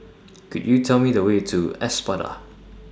Could YOU Tell Me The Way to Espada